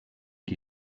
die